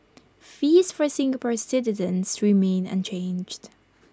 fees for Singapore citizens remain unchanged